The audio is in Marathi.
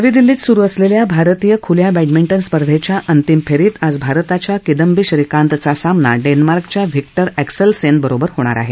नवी दिल्लीत सुरु असलेल्या भारतीय खुल्या बॅडमिंटन स्पर्धेच्या अंतिम फेरीत आज भारताच्या किदंबी श्रीकांतचा सामना डेन्मार्कच्या व्हिक्टर एक्सलसेन बरोबर होणार आहे